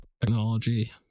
technology